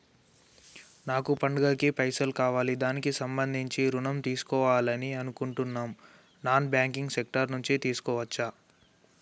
నాకు పండగ కి పైసలు కావాలి దానికి సంబంధించి ఋణం తీసుకోవాలని అనుకుంటున్నం నాన్ బ్యాంకింగ్ సెక్టార్ నుంచి తీసుకోవచ్చా?